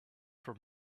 for